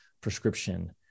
prescription